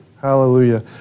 hallelujah